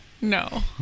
No